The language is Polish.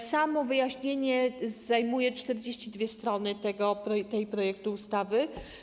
Samo wyjaśnienie zajmuje 42 strony tego projektu ustawy.